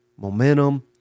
momentum